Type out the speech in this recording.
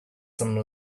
some